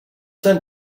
sent